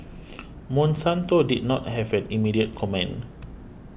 Monsanto did not have an immediate comment